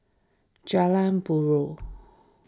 Jalan Buroh